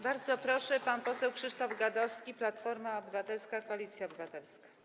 Bardzo proszę, pan poseł Krzysztof Gadowski, Platforma Obywatelska - Koalicja Obywatelska.